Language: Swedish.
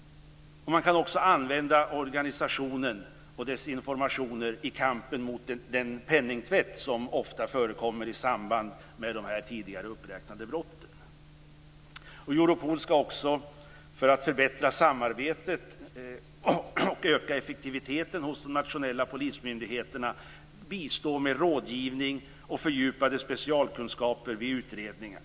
Man kan också använda organisationen i kampen mot den penningtvätt som ofta förekommer i samband med de tidigare uppräknade brotten. Europol skall också för att förbättra samarbetet och öka effektiviteten hos de nationella polismyndigheterna bistå med rådgivning och fördjupade specialkunskaper vid utredningar.